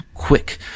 Quick